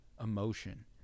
emotion